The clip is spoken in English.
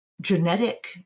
genetic